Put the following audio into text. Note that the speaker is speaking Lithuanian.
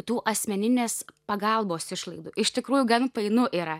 tų asmeninės pagalbos išlaidų iš tikrųjų gan painu yra